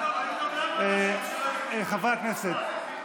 חברי הכנסת,